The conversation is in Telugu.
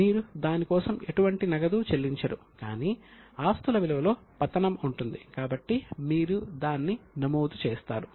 మీరు దాని కోసం ఎటువంటి నగదు చెల్లించరు కానీ ఆస్తుల విలువలో పతనం ఉంటుంది కాబట్టి మీరు దాన్ని నమోదు చేస్తారు